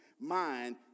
mind